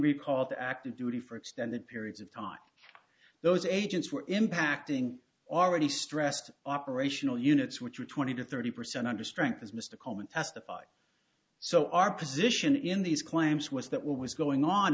recalled to active duty for extended periods of time those agents were impacting already stressed operational units which were twenty to thirty percent under strength as mr coleman testified so our position in these claims was that what was going on